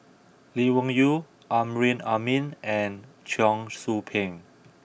Lee Wung Yew Amrin Amin and Cheong Soo Pieng